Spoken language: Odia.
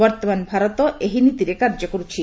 ବର୍ଭମାନ ଭାରତ ଏହି ନୀତିରେ କାର୍ଯ୍ୟ କରୁଛି